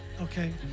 okay